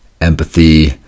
empathy